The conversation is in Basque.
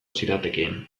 ziratekeen